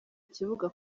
kibuga